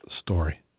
story